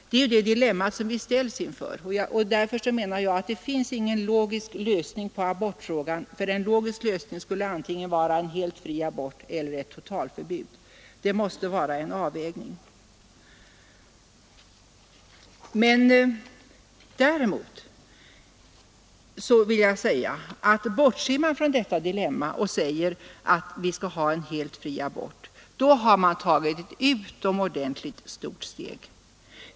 Det är det dilemma som vi ställs inför, och därför menar jag att det inte finns någon logisk lösning på abortfrågan. En logisk lösning skulle antingen innebära en helt fri abort eller ett totalförbud. Här måste det emellertid ske en avvägning. Bortser man från detta dilemma och säger att vi skall ha en helt fri abort, då har man tagit ett utomordentligt stort steg.